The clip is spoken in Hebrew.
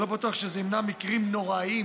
שלא בטוח שזה ימנע מקרים נוראיים,